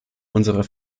unserer